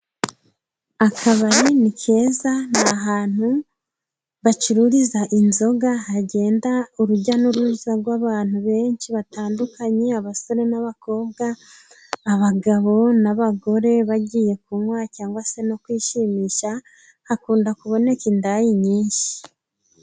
Akabari ni keza, ni ahantu bacururiza inzoga hagenda urujya n'uruza rw'abantu benshi batandukanye: abasore n'abakobwa, abagabo n'abagore bagiye kunywa cyangwa se no kwishimisha. Hakunda kuboneka indaya nyinshi.